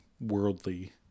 worldly